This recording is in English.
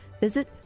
visit